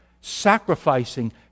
sacrificing